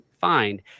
find